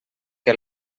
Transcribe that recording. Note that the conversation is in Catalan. que